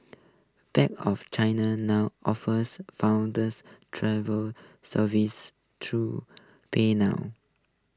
bank of China now offers funders travel services through pay now